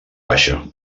baixa